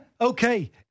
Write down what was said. Okay